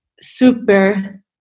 super